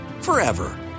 forever